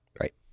Right